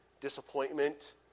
disappointment